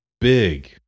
big